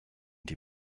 die